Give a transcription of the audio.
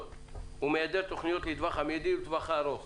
ומהיעדר תוכניות לטווח המיידי ולטווח הארוך